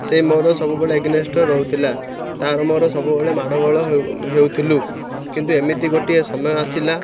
ସେ ମୋର ସବୁବେଳେ ଏଗନେଷ୍ଟ ରହୁଥିଲା ତାର ମୋର ସବୁବେଳେ ମାଡ଼ଗୋଳ ହେଉଥିଲୁ କିନ୍ତୁ ଏମିତି ଗୋଟିଏ ସମୟ ଆସିଲା